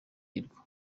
hirwa